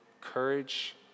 courage